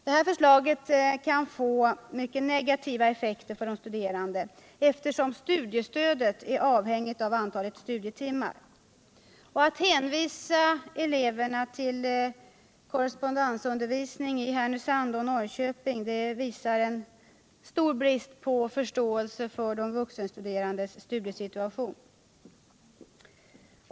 Detta förslag kan få mycket negativa effekter för de studerande, eftersom studiestödet är avhängigt av antalet studietimmar. Att hänvisa eleverna till korrespondensundervisning i Härnösand och Norrköping visar stor brist på förståelse för de vuxenstuderandes studiesituation.